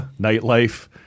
nightlife